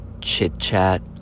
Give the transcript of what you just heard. chit-chat